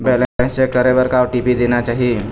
Balance check करे बर का ओ.टी.पी देना चाही?